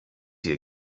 ihr